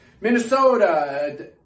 Minnesota